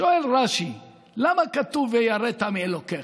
שואל רש"י: למה כתוב "ויראתך מאלקיך"?